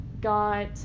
got